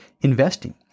investing